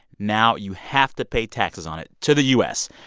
now you have to pay taxes on it to the u s,